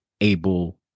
able